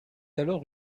alors